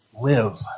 live